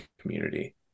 community